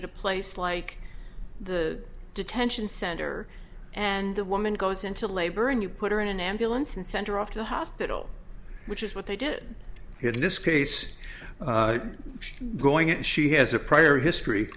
at a place like the detention center and the woman goes into labor and you put her in an ambulance and center off the hospital which is what they did it in this case she's going in and she has a prior history